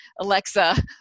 Alexa